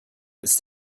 ist